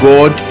God